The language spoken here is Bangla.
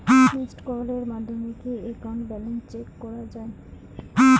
মিসড্ কলের মাধ্যমে কি একাউন্ট ব্যালেন্স চেক করা যায়?